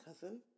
cousin